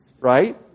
right